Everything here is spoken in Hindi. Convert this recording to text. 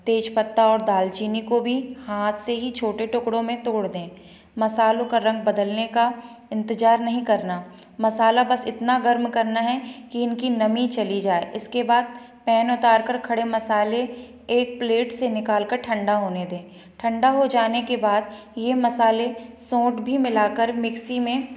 तेज़ पत्ता और दालचीनी को भी हाथ से ही छोटे टुकड़ों में तोड़ दें मसालों का रंग बदलने का इंतजार नहीं करना मसाला बस इतना गर्म करना हैं कि इनकी नमी चली जाए इसके बाद पैन उतार कर खड़े मसाले एक प्लेट से निकाल कर ठंडा होने दें ठंडा हो जाने के बाद यह मसाले सौंट भी मिलाकर मिक्सी में